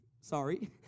sorry